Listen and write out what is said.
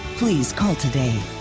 please call today.